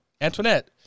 Antoinette